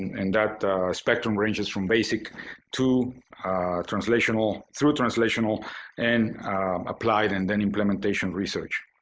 and that spectrum ranges from basic to translational through translational and applied and then implementation research.